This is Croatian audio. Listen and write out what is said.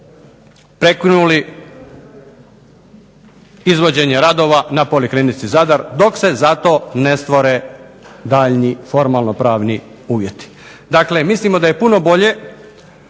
prekinuli izvođenje radova na Poliklinici Zadar dok se za to ne stvore formalno pravni uvjeti. Dakle, mislimo da je puno bolje